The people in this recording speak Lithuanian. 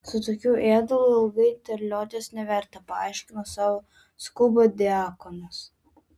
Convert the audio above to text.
su tokiu ėdalu ilgai terliotis neverta paaiškino savo skubą diakonas